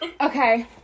Okay